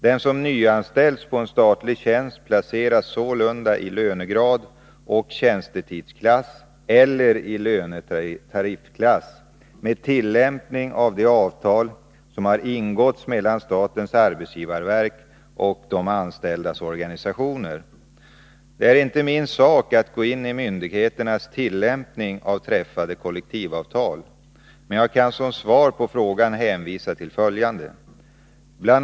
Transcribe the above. Den som nyanställs på en statlig tjänst placeras sålunda i lönegrad och tjänstetidsklass eller i lönetariffklass med tillämpning av de avtal som har ingåtts mellan statens arbetsgivarverk och de statsanställdas organisationer. Det är inte min sak att gå in i myndigheternas tillämpning av träffade kollektivavtal. Men jag kan som svar på frågan hänvisa till följande. Bl.